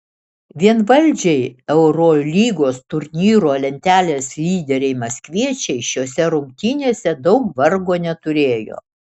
vienvaldžiai eurolygos turnyro lentelės lyderiai maskviečiai šiose rungtynėse daug vargo neturėjo